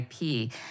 IP